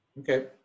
Okay